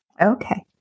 Okay